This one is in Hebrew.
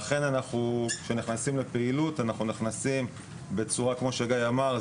לכן כשאנחנו נכנסים לפעילות אנחנו נכנסים בצורה כמו שגיא אמר,